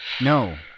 no